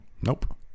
Nope